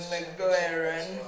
McLaren